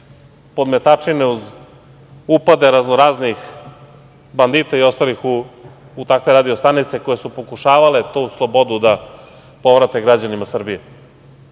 podmetačine uz upade raznoraznih bandita i ostalih u takve radio stanice koje su pokušavale tu slobodu da povrate građanima Srbije. Onda